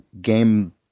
game